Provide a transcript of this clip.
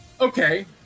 Okay